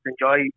enjoy